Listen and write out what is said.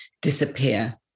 disappear